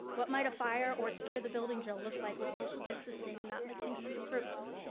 what might a fire or secure the building drill look like with social distancing and not mixing student groups?